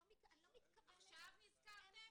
אני לא מתכוונת --- עכשיו נזכרתם,